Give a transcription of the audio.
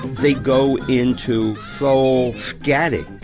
they go into soul scatting